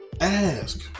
Ask